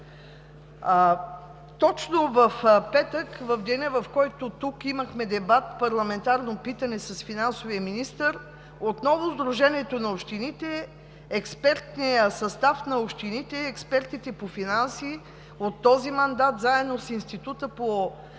Точно в петък, в деня, в който тук имахме дебат – парламентарно питане с финансовия министър, отново Сдружението на общините, експертният състав на общините, експертите по финанси от този мандат, заедно с Института по пазарна